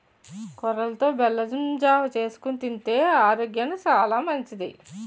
కొర్రలతో బెల్లం జావ చేసుకొని తింతే ఆరోగ్యానికి సాలా మంచిది